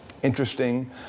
interesting